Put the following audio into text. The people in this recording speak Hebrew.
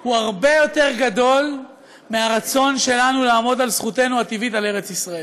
הוא הרבה יותר גדול מהרצון שלנו לעמוד על זכותנו הטבעית על ארץ ישראל.